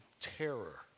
terror